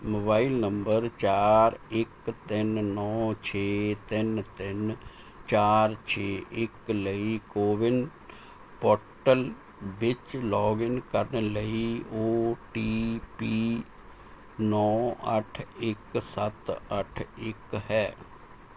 mobile number ਚਾਰ ਇੱਕ ਤਿੰਨ ਨੌਂ ਛੇ ਤਿੰਨ ਤਿੰਨ ਚਾਰ ਛੇ ਇੱਕ ਲਈ ਕੋਵਿਨ ਪੋਰਟਲ ਵਿੱਚ ਲੌਗਇਨ ਕਰਨ ਲਈ ਓ ਟੀ ਪੀ ਨੌਂ ਅੱਠ ਇੱਕ ਸੱਤ ਅੱਠ ਇੱਕ ਹੈ